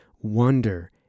wonder